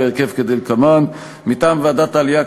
בהרכב כדלקמן: מטעם ועדת העלייה,